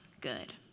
good